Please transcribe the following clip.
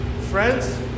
Friends